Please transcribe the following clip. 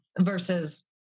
versus